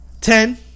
Ten